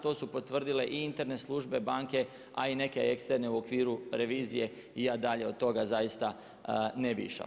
To su potvrdile i interne službe banke, a i neke eksterne u okviru revizije i ja dalje od toga zaista ne bih išao.